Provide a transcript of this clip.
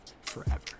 forever